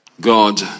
God